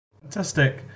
Fantastic